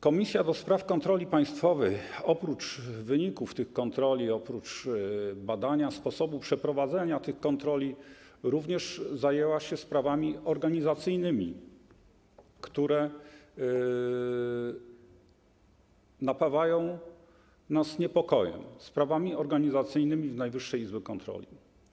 Komisja do Spraw Kontroli Państwowej, oprócz wyników tych kontroli, oprócz badania sposobu przeprowadzenia tych kontroli, zajęła się również sprawami organizacyjnymi, które napawają nas niepokojem, sprawami organizacyjnymi Najwyższej Izby Kontroli.